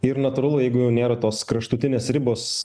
ir natūralu jeigu jau nėra tos kraštutinės ribos